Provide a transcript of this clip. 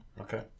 Okay